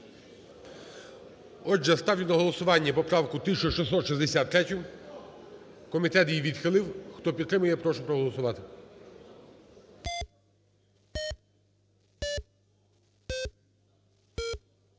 Отже, ставлю на голосування поправку 1663. Комітет її відхилив. Хто підтримує? Прошу проголосувати.